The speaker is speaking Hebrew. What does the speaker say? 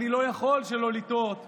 אני לא יכול שלא לתהות